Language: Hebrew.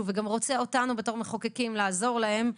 וגם רוצה אותנו בתור מחוקקים כי לעזור להם.